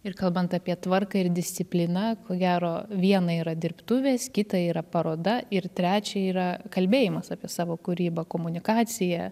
ir kalbant apie tvarką ir discipliną ko gero viena yra dirbtuvės kita yra paroda ir trečia yra kalbėjimas apie savo kūrybą komunikacija